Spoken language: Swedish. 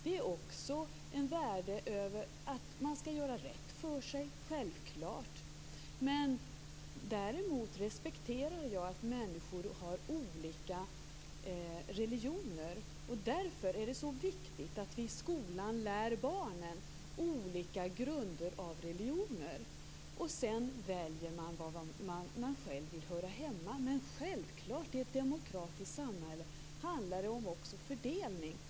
Det är också ett värde att man skall kunna göra rätt för sig, självklart. Däremot respekterar jag att människor har olika religioner. Därför är det viktigt att vi i skolan lär barnen grunder av olika religioner. Sedan väljer man var man själv vill höra hemma. Självklart handlar det i ett demokratiskt samhälle också om fördelning.